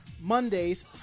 Mondays